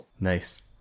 Nice